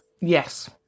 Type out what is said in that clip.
Yes